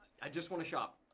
i just wanna shop.